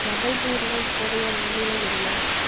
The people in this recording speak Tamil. ஜபூபூர்ல இப்போதைய வானிலை என்ன